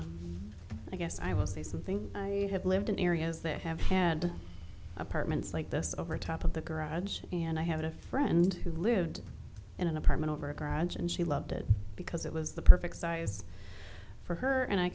comments i guess i will say something i have lived in areas that have had apartments like this over top of the garage and i had a friend who lived in an apartment over a garage and she loved it because it was the perfect size for her and i